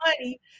money